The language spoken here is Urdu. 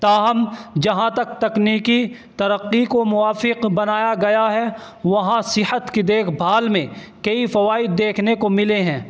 تاہم جہاں تک تکنیکی ترقی کو موافق بنایا گیا ہے وہاں صحت کی دیکھ بھال میں کئی فوائد دیکھنے کو ملے ہیں